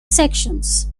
sections